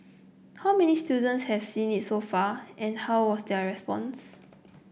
how many students have seen it so far and how was their response